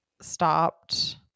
stopped